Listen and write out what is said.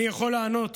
אני יכול לענות